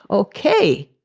okay!